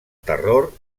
terror